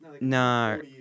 No